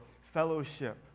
fellowship